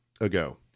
ago